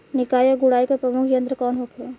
निकाई और गुड़ाई के प्रमुख यंत्र कौन होखे?